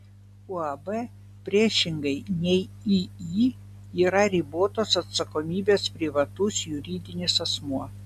uab priešingai nei iį yra ribotos atsakomybės privatus juridinis asmuo